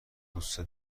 دوست